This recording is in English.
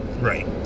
Right